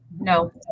No